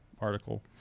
article